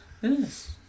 Yes